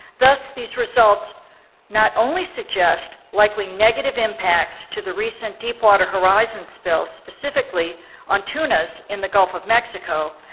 thus these results not only suggest likely negative impacts to the recent deepwater horizon spill, specifically on tunas in the gulf of mexico,